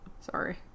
Sorry